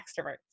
extroverts